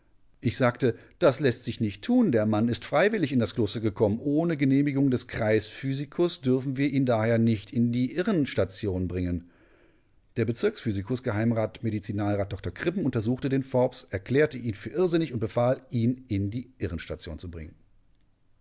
ich sagte das läßt sich nicht tun der mann ist freiwillig in das kloster gekommen ohne genehmigung des kreisphysikus dürfen wir ihn daher nicht in die irrenstation bringen der bezirksphysikus geh medizinalrat dr kribben untersuchte den forbes erklärte ihn für irrsinnig und befahl ihn in die irrenstation zu bringen